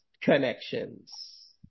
connections